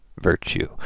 virtue